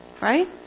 Right